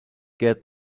get